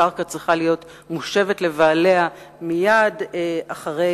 הקרקע צריכה להיות מושבת לבעליה מייד אחרי